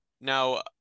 now